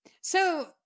So-